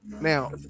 now